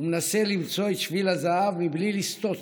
ומנסה למצוא את שביל הזהב בלי לסטות